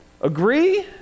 agree